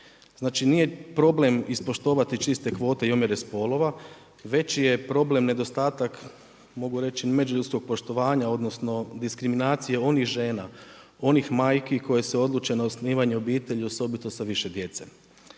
Znači nije problem ispoštovati čiste kvote i omjere spolova, već je problem nedostatak mogu reći međuljudskog poštovanja odnosno diskriminacije onih žena, onih majki koje se odluče na osnivanje obitelji osobito sa više djece.